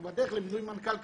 אנחנו בדרך למינוי מנכ"ל קבוע.